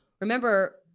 remember